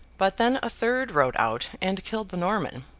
but then a third rode out, and killed the norman.